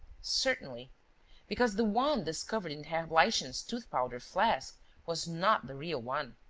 certainly because the one discovered in herr bleichen's tooth-powder flask was not the real one.